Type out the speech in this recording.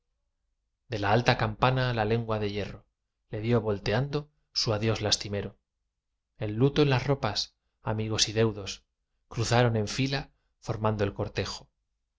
de la alta campana la lengua de hierro le dió volteando su adiós lastimero el luto en las ropas amigos y deudos cruzaron en fila formando el cortejo